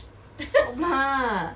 !hanna!